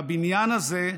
והבניין הזה,